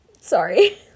sorry